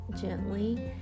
gently